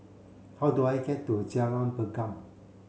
how do I get to Jalan Pergam